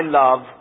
love